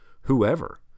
whoever